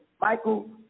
Michael